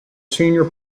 senior